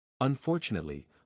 Unfortunately